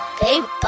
baby